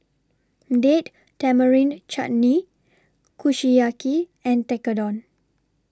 Date Tamarind Chutney Kushiyaki and Tekkadon